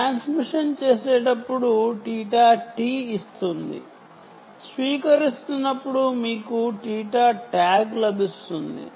transmission చేసేటప్పుడు θT వస్తుంది స్వీకరిస్తున్నప్పుడు మీకు θTag లభిస్తుంది